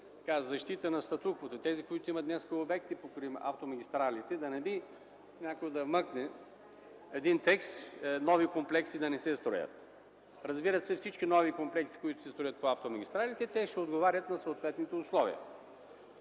защита на статуквото (тези, които днес имат обекти покрай автомагистралите) – да не би някой да вмъкне един текст нови комплекси да не се строят. Разбира се, всички нови комплекси, които се строят по автомагистралите, ще отговарят на съответните условия.